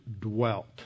dwelt